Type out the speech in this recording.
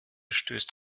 stößt